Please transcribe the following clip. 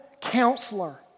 counselor